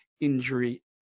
injury